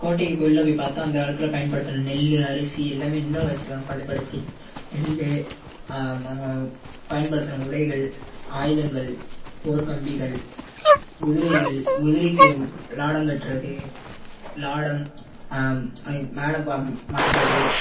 கோட்டைக்கு உள்ளே போய் பார்த்தா அந்த காலத்தில் பயன்படுத்தின நெல் அரிசி எல்லாமே இன்னும் வச்சுருக்காங்க பதப்படுத்தி நெல் அவங்க பயன்படுத்தின உடைகள் ஆயுதங்கள் போர்கம்பிகள் குதிரைகள் குதிரைக்கு லாடம் கட்டுறது லாடம் மேல மாட்டுறது